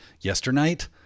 Yesternight